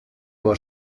war